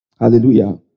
Hallelujah